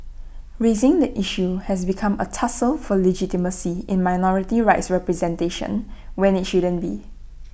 raising the issue has become A tussle for legitimacy in minority rights representation when IT shouldn't be